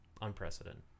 Unprecedented